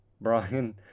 Brian